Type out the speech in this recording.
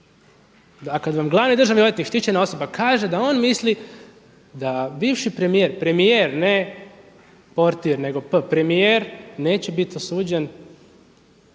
vam glavni državni odvjetnik, štićena osoba kaže da on misli da bivši premijer, premijer ne portir nego P, premijer neće bit osuđen